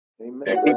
Amen